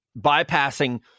bypassing